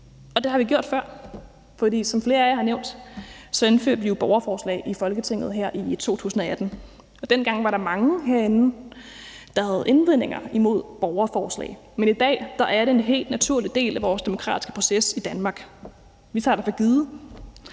og det har vi gjort før, for som flere af jer har nævnt, indførte vi jo borgerforslag i Folketinget i 2018. Dengang var der mange herinde, der havde indvendinger imod borgerforslag, men i dag er det en helt naturlig del af vores demokratiske proces i Danmark. Vi tager det for givet,